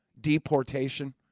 deportation